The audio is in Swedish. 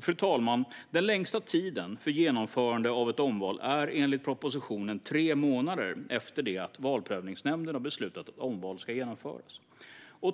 Fru talman! Den längsta tiden för genomförande av ett omval är enligt propositionen tre månader efter det att Valprövningsnämnden har beslutat att omval ska genomföras.